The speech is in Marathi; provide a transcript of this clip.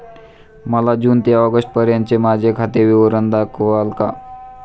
मला जून ते ऑगस्टपर्यंतचे माझे खाते विवरण दाखवाल का?